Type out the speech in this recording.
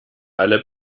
alle